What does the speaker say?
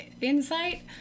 insight